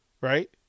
Right